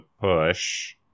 push